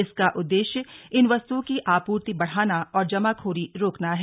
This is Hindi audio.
इसका उद्देश्य इन वस्तुओं की आपूर्ति बढाना और जमाखोरी रोकना है